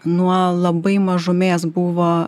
nuo labai mažumės buvo